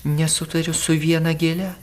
nesutariu su viena gėle